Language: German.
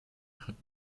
hat